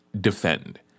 defend